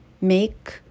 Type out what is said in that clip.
make